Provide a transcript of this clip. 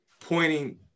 Pointing